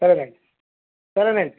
సరేనండి సరేనండి